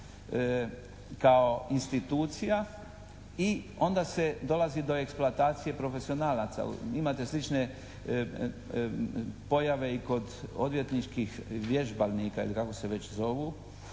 kao institucija i onda se dolazi do eksploatacije profesionalaca. Imate slične pojave i kod odvjetničkih vježbalnika ili kako se već zovu.